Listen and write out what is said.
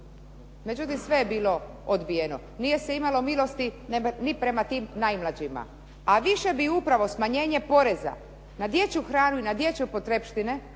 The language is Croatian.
Međutim, sve je bilo odbijeno. Nije se imalo milosti ni prema tim najmlađima a više bi upravo smanjenje poreza na dječju hranu i na dječje potrepštine